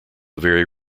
very